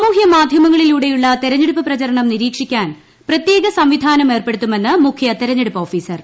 സാമൂഹൃ മാധ്യമങ്ങളിലൂടെയുള്ളി ത്രെഞ്ഞെടുപ്പ് പ്രചരണം നിരീക്ഷിക്കാൻ പ്രിത്യേക സംവിധാനം ഏർപ്പടുത്തുമെന്ന് മുഖ്യ ത്തെരഞ്ഞെടുപ്പ് ഓഫീസർ